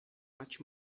much